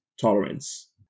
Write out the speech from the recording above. tolerance